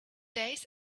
days